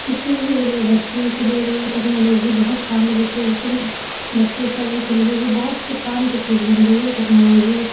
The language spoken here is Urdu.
کسی کے بھی لیے بچے کے لیے بھی ٹیکنالوزی بہت کام کی جیسے بچے سبھی کے لیے بھی بہت کام کی چیز بن گئی ہے ٹیکنالوزی